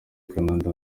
canada